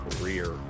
career